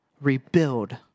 Rebuild